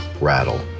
rattle